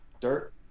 dirt